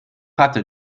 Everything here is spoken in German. hatte